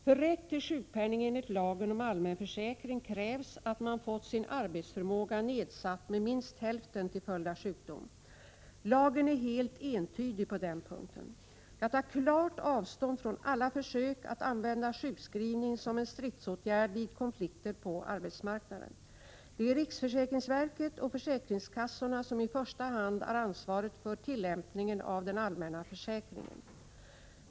För rätt till sjukpenning enligt lagen om allmän försäkring krävs att man fått sin arbetsförmåga nedsatt med minst hälften till följd av sjukdom. Lagen är helt entydig på den punkten. Jag tar klart avstånd från alla försök att använda sjukskrivning som en stridsåtgärd vid konflikter på arbetsmarknaden. Det är riksförsäkringsverket och försäkringskassorna som i första hand har ansvaret för tillämpningen av den allmänna försäkringen.